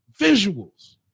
visuals